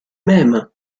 même